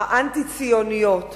האנטי-ציוניות